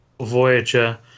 Voyager